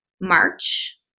March